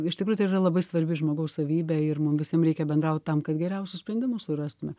iš tikrųjų tai yra labai svarbi žmogaus savybė ir mum visiem reikia bendraut tam kad geriausius sprendimus surastume